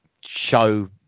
show